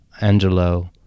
Angelo